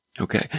okay